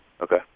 Okay